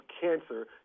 cancer